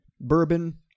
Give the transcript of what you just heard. bourbon